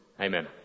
Amen